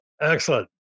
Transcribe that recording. Excellent